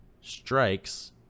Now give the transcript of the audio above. Strikes